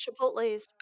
Chipotle's